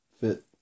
fit